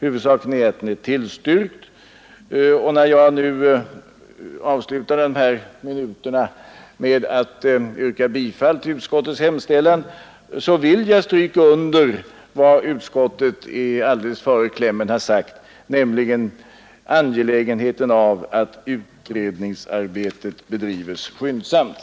Huvudsaken är att motionen är tillstyrkt, och när jag nu avslutar de här minuterna med att yrka bifall till utskottets hemställan, så vill jag stryka under vad utskottet pekat på alldeles före klämmen, nämligen angelägenheten av att utredningsarbetet bedrivs skyndsamt.